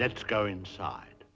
let's go inside